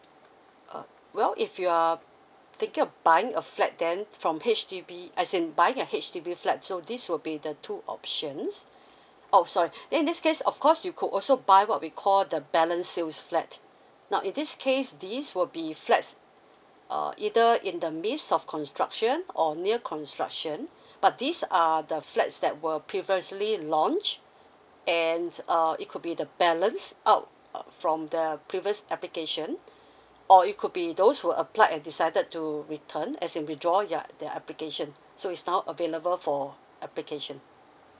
uh well if you're thinking of buying a flat then from H_D_B as in buying a H_D_B flat so this will be the two options oh sorry then in this case of course you could also buy what we call the balance sales flat now in this case this will be flats err either in the midst of construction or near construction but this are the flats that were previously launch and uh it could be the balance out from the previous application or it could be those who applied and decided to return as in withdraw their their application so is now available for application